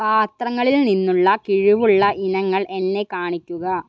പാത്രങ്ങളിൽ നിന്നുള്ള കിഴിവുള്ള ഇനങ്ങൾ എന്നെ കാണിക്കുക